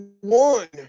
one